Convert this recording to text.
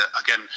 Again